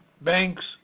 bank's